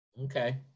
Okay